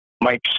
Mike